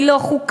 היא לא חוקתית,